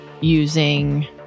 using